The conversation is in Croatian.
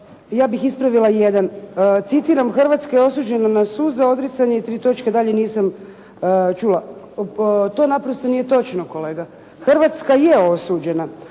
ja bih ispravila jedan. Citiram: "Hrvatska je osuđena na suze, odricanje...", dalje nisam čula. To naprosto nije točno kolega. Hrvatska je osuđena